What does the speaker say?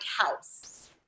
house